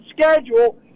schedule